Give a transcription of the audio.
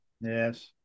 yes